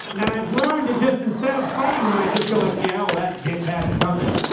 and i've learned to just, instead of fighting them, i just go, like yeah, well, that dick had it coming,